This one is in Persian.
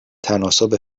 تناسب